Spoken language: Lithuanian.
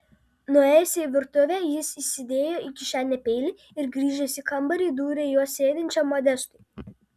nuėjęs į virtuvę jis įsidėjo į kišenę peilį ir grįžęs į kambarį dūrė juo sėdinčiam modestui